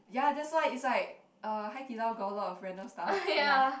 ya that's why it's like uh Hai-Di-Lao got a lot random stuff ya